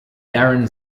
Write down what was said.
darren